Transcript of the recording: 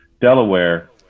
Delaware